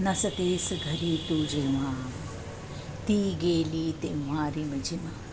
नसतेस घरी तू जेव्हा ती गेली तेव्हा रिमझिम